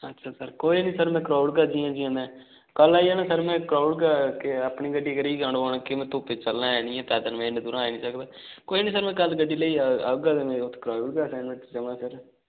अच्छा सर कोई निं सर में कराई ओड़गा जि'यां जि'यां में कल्ल आई जाना सर में कराई ओड़गा के अपनी गड्डी करियै गै औना पौना कि में धुप्प च चलना है निं ऐ पैदल इन्नी दूरां में आई निं सकदा कोई निं सर कल गड्डी लेइयै औह्गा ते में उत्थै कराई ओड़गा असाइनमैंट जमा सर